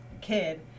kid